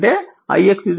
అంటే ix 0